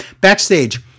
Backstage